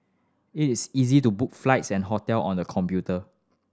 it is easy to book flights and hotel on the computer